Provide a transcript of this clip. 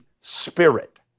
Spirit